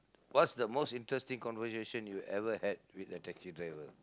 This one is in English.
what's the most interesting conversation you've ever had with a taxi driver